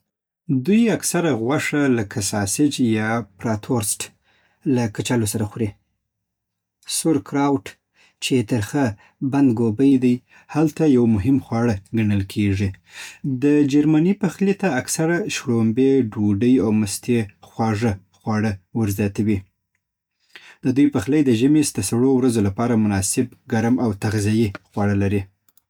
دوی اکثرآ غوښه، لکه ساسج یا براتورسټ، له کچالو سره خوري. سورکراوټ، چې ترخه بندګوبي ده، هلته یو مهم خواړه ګڼل کېږي. د جرمني پخلي ته اکثرآ شړومبې، ډوډۍ او مستې خواږه خواړه ورزیاتوي. د دوی پخلی د ژمي د سړو ورځو لپاره مناسب، ګرم او تغذیه‌يي خواړه لري.